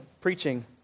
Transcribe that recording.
preaching